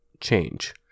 change